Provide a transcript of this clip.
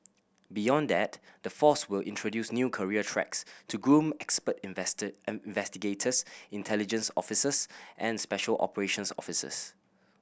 beyond that the force will introduce new career tracks to groom expert investor investigators intelligence officers and special operations officers